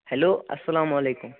hello اسلامُ علیکم